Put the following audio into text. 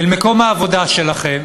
אל מקום העבודה שלכם,